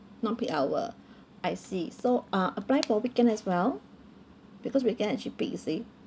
non peak hour I see so uh apply for weekend as well because weekend actually peak you see